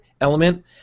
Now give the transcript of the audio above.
element